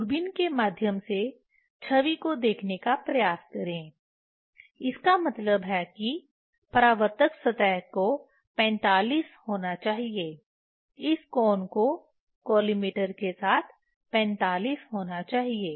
दूरबीन के माध्यम से छवि को देखने का प्रयास करें इसका मतलब है कि परावर्तक सतह को 45 होना चाहिए इस कोण को कॉलिमेटर के साथ 45 होना चाहिए